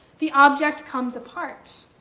the object comes apart.